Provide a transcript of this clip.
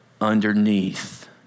underneath